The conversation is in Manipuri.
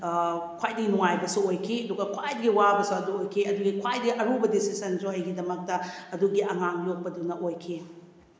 ꯈ꯭ꯋꯥꯏꯗꯩ ꯅꯨꯡꯉꯥꯏꯕꯁꯨ ꯑꯣꯏꯈꯤ ꯑꯗꯨꯒ ꯈ꯭ꯋꯥꯏꯗꯒꯤ ꯋꯥꯕꯁꯨ ꯑꯗꯨ ꯑꯣꯏꯈꯤ ꯑꯗꯨꯒꯤ ꯈ꯭ꯋꯥꯏꯗꯩ ꯑꯔꯨꯕ ꯗꯤꯁꯤꯖꯟꯁꯨ ꯑꯩꯒꯤꯗꯃꯛꯇ ꯑꯗꯨꯒꯤ ꯑꯉꯥꯡ ꯌꯣꯛꯄꯗꯨꯅ ꯑꯣꯏꯈꯤ